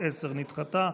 נדחתה.